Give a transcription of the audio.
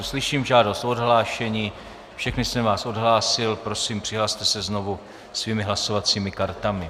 Slyším žádost o odhlášení, všechny jsem vás odhlásil, prosím, přihlaste se znovu svými hlasovacími kartami.